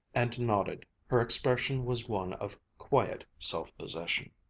and nodded. her expression was one of quiet self-possession.